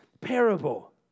parable